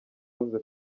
bavuze